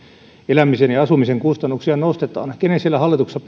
elämisen ja asumisen kustannuksia nostetaan kenen siellä hallituksessa